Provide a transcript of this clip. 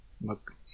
look